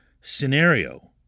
scenario